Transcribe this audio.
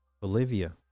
Bolivia